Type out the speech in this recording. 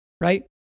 right